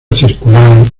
circular